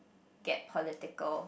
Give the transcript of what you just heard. get political